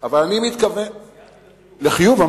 ציינתי לחיוב.